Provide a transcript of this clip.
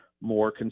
more